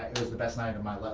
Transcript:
it was the best night of my,